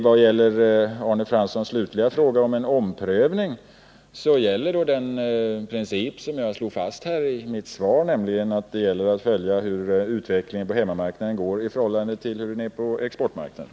Vad gäller Arne Franssons slutliga fråga om en omprövning så gäller den princip jag slog fast i mitt svar, nämligen att man måste följa utvecklingen på hemmamarknaden i förhållande till utvecklingen på exportmarknaden.